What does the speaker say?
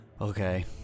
Okay